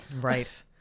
Right